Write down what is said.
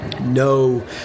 no